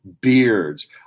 beards